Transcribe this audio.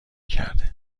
کرده